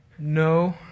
No